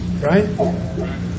Right